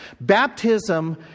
Baptism